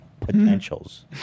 potentials